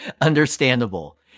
Understandable